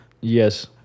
Yes